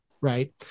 right